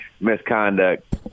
misconduct